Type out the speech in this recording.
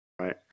Right